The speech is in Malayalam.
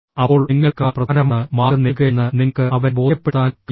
അപ്പോൾ നിങ്ങളേക്കാൾ പ്രധാനമാണ് മാർക്ക് നേടുകയെന്ന് നിങ്ങൾക്ക് അവനെ ബോധ്യപ്പെടുത്താനും കഴിയും